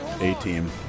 A-Team